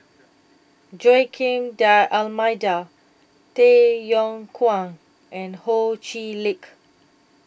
Joaquim D'almeida Tay Yong Kwang and Ho Chee Lick